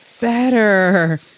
better